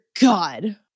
God